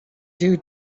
due